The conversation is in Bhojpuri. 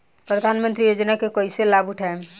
प्रधानमंत्री योजना के कईसे लाभ उठाईम?